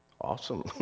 Awesome